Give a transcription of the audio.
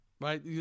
right